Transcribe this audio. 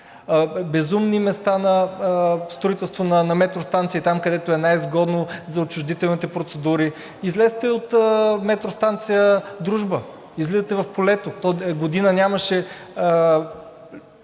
Безумни места на строителство на метростанции – там, където е най-изгодно за отчуждителните процедури, излезте от метростанция „Дружба“, излизате в полето, то преди